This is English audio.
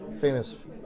famous